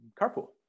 Carpool